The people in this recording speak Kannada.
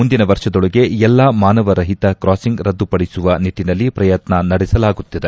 ಮುಂದಿನ ವರ್ಷದೊಳಗೆ ಎಲ್ಲಾ ಮಾನವ ರಹಿತ ಕಾಸಿಂಗ್ ರದ್ಗುಪಡಿಸುವ ನಿಟ್ಟನಲ್ಲಿ ಪ್ರಯತ್ನ ನಡೆಸಲಾಗುತ್ತಿದೆ